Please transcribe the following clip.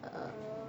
uh